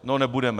No nebudeme.